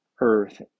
earth